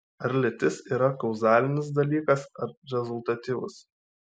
ar lytis yra kauzalinis dalykas ar rezultatyvus